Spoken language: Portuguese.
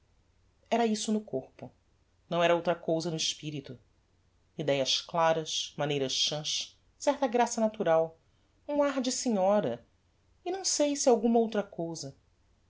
era isso no corpo não era outra cousa no espirito idéas claras maneiras chãs certa graça natural um ar de senhora e não sei se alguma outra cousa